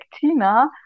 Tina